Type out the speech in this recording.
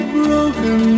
broken